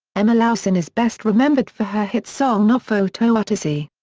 emma laussen is best remembered for her hit song nofo to'atasi.